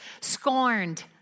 scorned